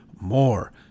more